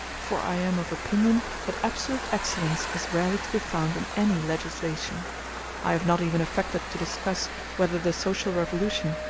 for i am of opinion that absolute excellence is rarely to be found in any legislation i have not even affected to discuss whether the social revolution,